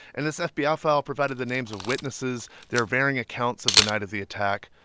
and this ah fbi ah file provided the names of witnesses, their varying accounts of the night of the attack,